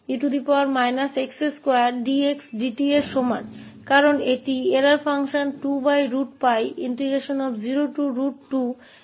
क्योंकि यह त्रुटि फ़ंक्शन 2√𝜋0√𝑡e x2dx है